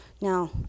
Now